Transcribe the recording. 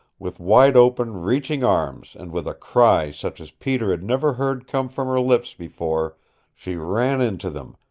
with wide-open, reaching arms, and with a cry such as peter had never heard come from her lips before she ran into them,